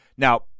Now